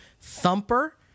Thumper